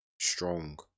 strong